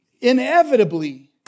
inevitably